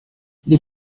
les